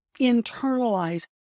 internalize